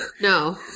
No